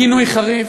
גינוי חריף.